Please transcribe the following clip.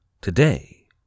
Today